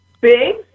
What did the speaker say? big